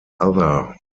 other